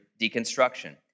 deconstruction